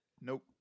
Nope